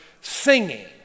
singing